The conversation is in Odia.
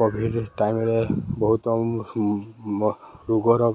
କୋଭିଡ଼୍ ଟାଇମ୍ରେ ବହୁତ୍ ରୋଗର